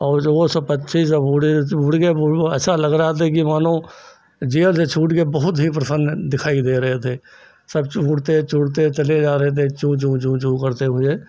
तो वह सब पक्षी जब उड़े उड़ गए तो ऐसा लग रहा था कि मानो जेल से छूट के बहुत ही प्रसन्न दिखाई दे रहे थे सब उड़ते उड़ते चले जा रहे थे चू चू चू चू करते हुए